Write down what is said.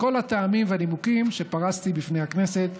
מכל הטעמים והנימוקים שפרסתי בפני הכנסת,